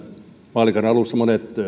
vaalikauden alussa monet